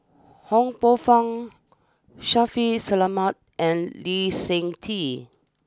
Ho Poh fun Shaffiq Selamat and Lee Seng Tee